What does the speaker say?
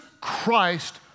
Christ